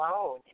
alone